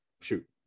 Shoot